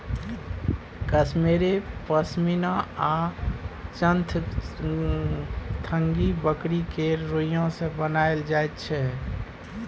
कश्मेरे पश्मिना आ चंगथंगी बकरी केर रोइयाँ सँ बनाएल जाइ छै